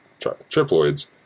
triploids